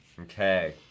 Okay